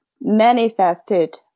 manifested